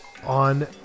On